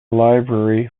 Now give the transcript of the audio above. library